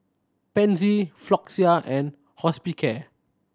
Pansy Floxia and Hospicare